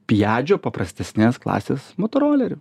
pijadžio paprastesnes klasės motoroleriu